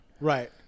Right